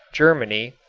germany,